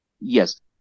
Yes